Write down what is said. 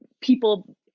people